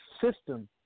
system